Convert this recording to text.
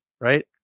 right